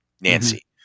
Nancy